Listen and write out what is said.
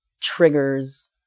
triggers